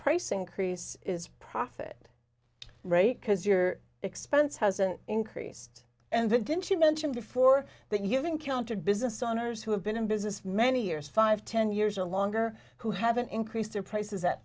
price increase is profit rate because your expense hasn't increased and it didn't you mentioned before that you've encountered business owners who have been in business many years five ten years or longer who haven't increased their prices at